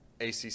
ACC